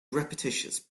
repetitious